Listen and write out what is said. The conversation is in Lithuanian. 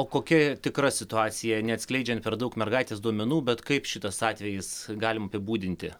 o kokia tikra situacija neatskleidžiant per daug mergaitės duomenų bet kaip šitas atvejis galim apibūdinti